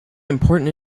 important